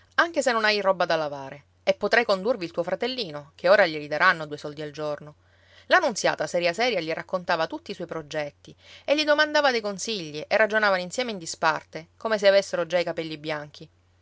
anche se non hai roba da lavare e potrai condurvi il tuo fratellino che ora glieli daranno due soldi al giorno la nunziata seria seria gli raccontava tutti i suoi progetti e gli domandava dei consigli e ragionavano insieme in disparte come se avessero già i capelli bianchi